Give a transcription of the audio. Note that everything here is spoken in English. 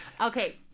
Okay